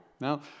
Now